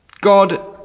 God